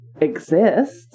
exist